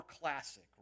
classic